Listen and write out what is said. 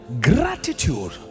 Gratitude